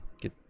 get